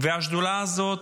והשדולה הזאת,